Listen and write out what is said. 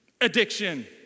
addiction